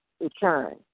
return